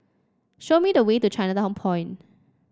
show me the way to Chinatown Point